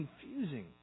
confusing